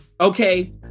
Okay